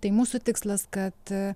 tai mūsų tikslas kad